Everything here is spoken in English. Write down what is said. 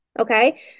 okay